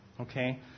Okay